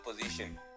position